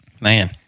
Man